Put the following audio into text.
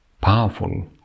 powerful